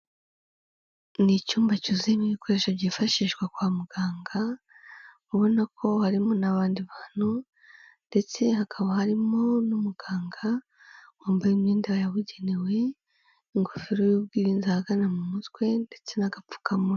Ni icyumba cyuzuyemo ibikoresho byifashishwa kwa muganga ubona ko harimo n'abandi bantu ndetse hakaba harimo n'umuganga wambaye imyenda yabugenewe, ingofero y'ubwirinzi ahagana mu mutwe ndetse n'agapfukamunwa.